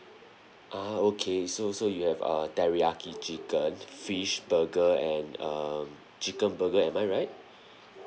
ah okay so so you have uh teriyaki chicken fish burger and um chicken burger am I right